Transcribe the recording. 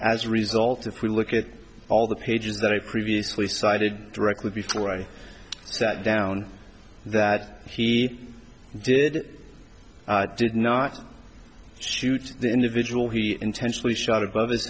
as a result if we look at all the pages that i previously cited directly before i sat down that he did did not shoot the individual he intentionally shot above his